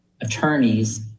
attorneys